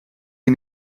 een